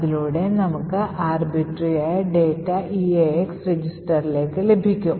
അതിലൂടെ നമുക്ക് arbitarary ആയ ഡാറ്റ eax രജിസ്റ്ററിലേക്ക് ലഭിക്കും